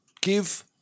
give